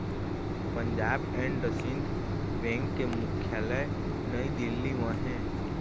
Punjab and Sindh bank के मुख्यालय नई दिल्ली म हे